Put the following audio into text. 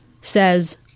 says